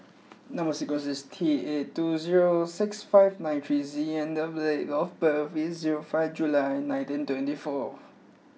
number sequence is T eight two zero six five nine three Z and date of birth is zero five July nineteen twenty four